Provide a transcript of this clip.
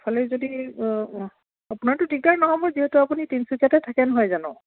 সেইফালে যদি আপোনাৰতো দিগদাৰ নহ'ব যিহেতু আপুনি তিনিচুকীয়াতে থাকে নহয় জানো